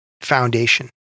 foundation